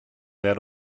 that